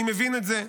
אני מבין את זה,